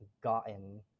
gotten